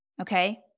okay